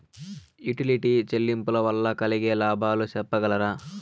Utility చెల్లింపులు వల్ల కలిగే లాభాలు సెప్పగలరా?